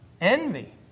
Envy